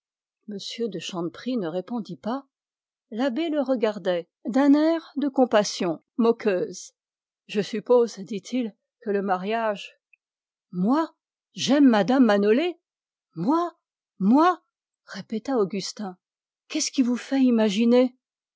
de chanteprie ne répondit pas l'abbé le regardait d'un air de compassion moqueuse je suppose dit-il que le mariage moi j'aime mme manolé moi moi répéta augustin qu'est-ce qui vous fait imaginer